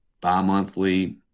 bi-monthly